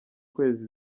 kwezi